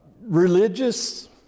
religious